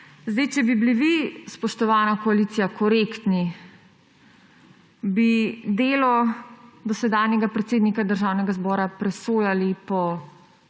Če bi bili vi, spoštovana koalicija, korektni, bi delo dosedanjega predsednika Državnega zbora presojali po